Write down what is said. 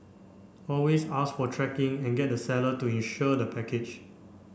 always ask for tracking and get the seller to insure the package